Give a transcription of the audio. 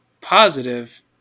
positive